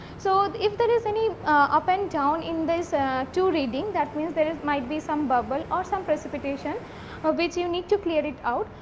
so, if there is any up and down in this two reading that means, there is might be some bubble or some precipitation of which you need to clear it out.